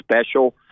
special